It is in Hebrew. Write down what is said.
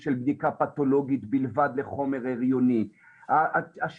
של בדיקה פתולוגית בלבד לחומר הריוני השיטות,